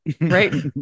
Right